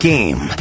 Game